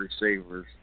receivers